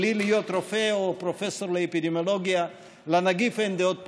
בלי להיות רופא או פרופסור לאפידמיולוגיה: לנגיף אין דעות פוליטיות.